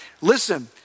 listen